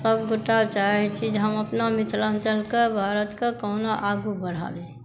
सभ गोटा चाहै छी जे हम अपन मिथिलाञ्चलके भारतके कहुना आगू बढ़ाबी